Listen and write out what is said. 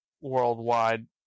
worldwide